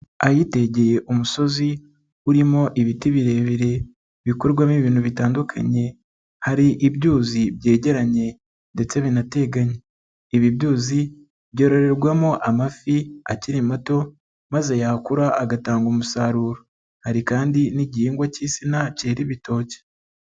Ahitegeye umusozi urimo ibiti birebire bikorwamo ibintu bitandukanye, hari ibyuzi byegeranye ndetse binateganye, ibi byuzi byororerwamo amafi akiri mato, maze yakura agatanga umusaruro, hari kandi n'igihingwa cy'insina cyera ibitoki.